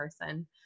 person